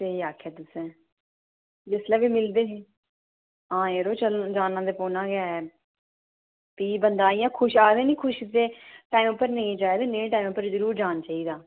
स्हेई आक्खेआ तु'सें जिसलै बी मिलदे हे हां यरो चल जाना ते पौना गै है भी बंदा इ'यां खुश आखदे निं खुशी दे टैम पर नेईं जाए पर नेह् टैम पर जाना चाहिदा